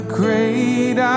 great